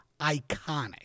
iconic